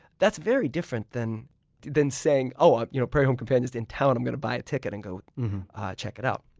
that's very different than than saying oh, a you know prairie home companion is in town. i'm going to buy a ticket and go check it out.